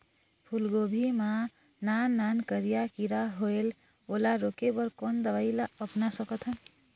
फूलगोभी मा नान नान करिया किरा होयेल ओला रोके बर कोन दवई ला अपना सकथन?